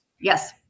yes